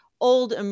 old